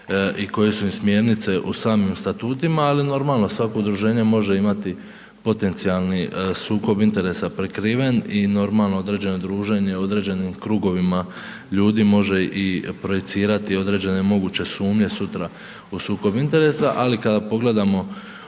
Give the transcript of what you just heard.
i koje su im smjernice u samim statutima, ali normalno svako udruženje može imati potencijalni sukob interesa prikriven i normalno određeno druženje u određenim krugovima ljudi može i projicirati određene moguće sumnje sutra u sukobu interesa. Ali kada pogledamo